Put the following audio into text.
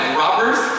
robbers